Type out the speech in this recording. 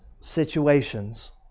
situations